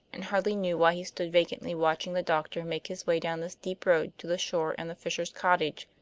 and hardly knew why he stood vacantly watching the doctor make his way down the steep road to the shore and the fisher's cottage.